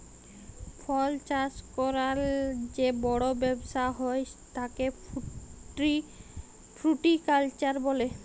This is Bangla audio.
ফল চাষ ক্যরার যে বড় ব্যবসা হ্যয় তাকে ফ্রুটিকালচার বলে